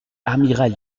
amiral